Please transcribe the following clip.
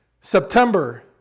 September